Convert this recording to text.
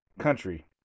country